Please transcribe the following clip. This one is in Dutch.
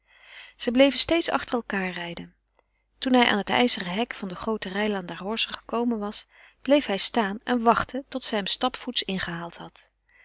zij bleven steeds achter elkaâr rijden toen hij aan het ijzeren hek van de groote rijlaan der horze gekomen was bleef hij staan en wachtte tot zij hem stapvoets ingehaald had